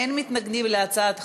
אין מתנגדים להצעת החוק.